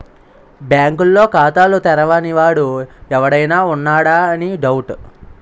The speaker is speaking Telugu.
బాంకుల్లో ఖాతాలు తెరవని వాడు ఎవడైనా ఉన్నాడా అని డౌటు